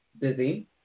busy